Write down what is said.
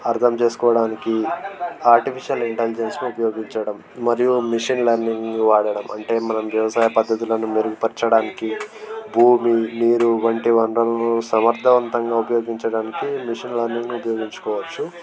అర్థం చేసుకోవడానికి ఆర్టిఫిషియల్ ఇంటెలిజెన్స్ను ఉపయోగించడం మరియు మిషన్ లెర్నింగ్ను వాడడం అంటే మన వ్యవసాయ పద్ధతులను మెరుగుపరచడానికి భూమి నీరు వంటి వనరులను సమర్థవంతంగా ఉపయోగించడానికి మిషన్ లెర్నింగ్ ఉపయోగించుకోవచ్చు